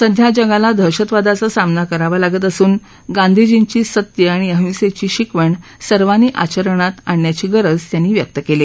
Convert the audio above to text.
सध्या जगाला दहशतवादाचा सामन करावा लागत असून गांधीर्जींची सत्य आणि अहिंसेची शिकवण सर्वांनी आचरणात आणण्याची गरज त्यांनी व्यक्त केली